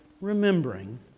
remembering